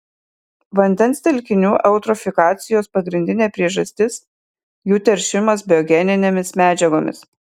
vandens telkinių eutrofikacijos pagrindinė priežastis jų teršimas biogeninėmis medžiagomis